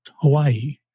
Hawaii